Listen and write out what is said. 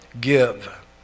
give